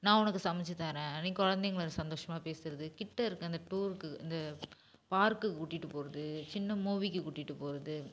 நான் உனக்கு சமைச்சித் தரன் நீ குழந்தைங்களோட சந்தோஷமாக பேசுறது கிட்ட இருக்க அந்த டூருக்கு அந்த பார்க்குக்கு கூட்டிகிட்டு போகறது சின்ன மூவிக்கு கூட்டிகிட்டு போகறது